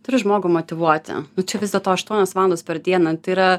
turi žmogų motyvuoti nu čia vis dėlto aštuonios valandos per dieną tai yra